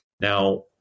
Now